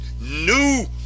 new